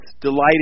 Delighting